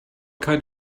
kind